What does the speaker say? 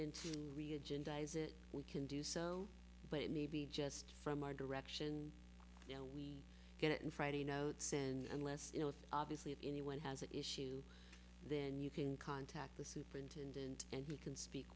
and religion dies it we can do so but it may be just from our direction we get it and friday notes and lists you know obviously if anyone has an issue then you can contact the superintendent and we can speak